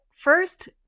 First